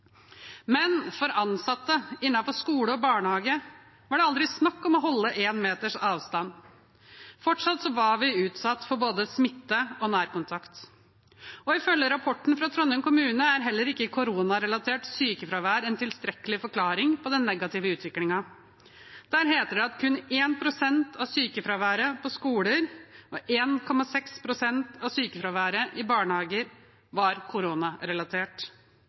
Men for ansatte innenfor skole og barnehage var det aldri snakk om å holde en meters avstand. Fortsatt var vi utsatt for både smitte og nærkontakt. Ifølge rapporten fra Trondheim kommune er heller ikke koronarelatert sykefravær en tilstrekkelig forklaring på den negative utviklingen. Der heter det at kun 1 pst. av sykefraværet på skoler og 1,6 pst. av sykefraværet i barnehager var koronarelatert.